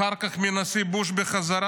אחר כך מהנשיא בוש בחזרה,